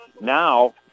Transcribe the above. now